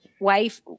wife